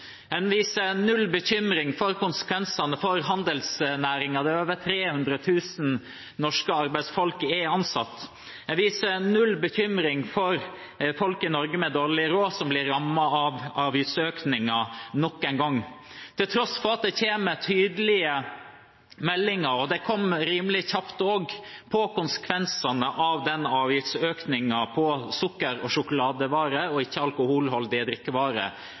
En viser null bekymring for konsekvensene for handelsnæringen, der over 300 000 norske arbeidsfolk er ansatt. En viser null bekymring for folk i Norge med dårlig råd, som blir rammet av avgiftsøkninger nok en gang, til tross for at det kom tydelige meldinger – og de kom rimelig kjapt også – om konsekvensene av avgiftsøkningen på sukker- og sjokoladevarer og ikke-alkoholholdige drikkevarer,